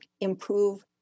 improve